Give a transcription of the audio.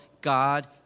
God